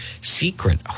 secret